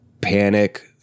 panic